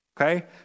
Okay